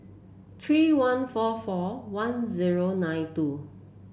three one four four one zero nine two